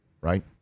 right